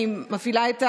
אני מפעילה,